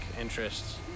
interests